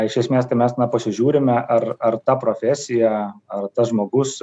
iš esmės tai mes na pasižiūrime ar ar ta profesija ar tas žmogus